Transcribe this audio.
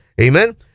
Amen